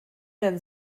denn